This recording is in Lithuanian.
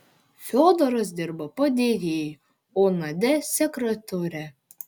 fiodoras dirbo padėjėju o nadia sekretore